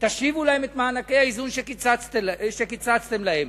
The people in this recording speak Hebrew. תשיבו להם את מענקי האיזון שקיצצתם להם?